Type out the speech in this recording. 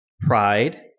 pride